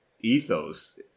ethos